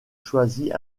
choisit